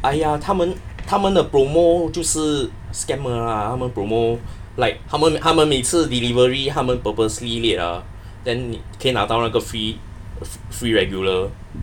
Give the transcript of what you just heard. !aiya! 他们他们的 promo 就是 scam 的 lah 他们 promo like 他们他们每次 delivery 他们 purposely late ah then 可以拿到了个 free free regular